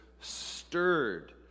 stirred